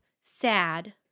sad